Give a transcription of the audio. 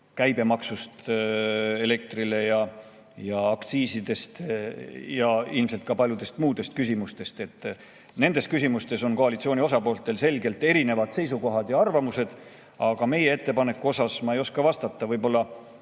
käibemaksust elektrile, aktsiisidest ja ilmselt ka paljudest muudest küsimustest. Nendes küsimustes on koalitsiooni osapooltel selgelt erinevad seisukohad ja arvamused. Aga meie ettepaneku kohta ma ei oska vastata. Võib-olla